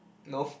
no